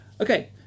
Okay